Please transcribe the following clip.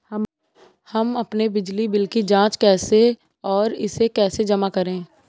हम अपने बिजली बिल की जाँच कैसे और इसे कैसे जमा करें?